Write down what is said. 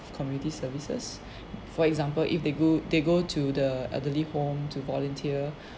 community services for example if they go they go to the elderly home to volunteer